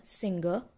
singer